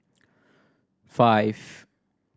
five